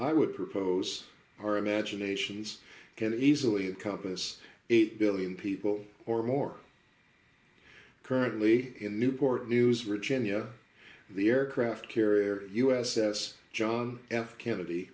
i would propose our imaginations can easily have compass eight billion people or more currently in newport news virginia the aircraft carrier u s s john f kennedy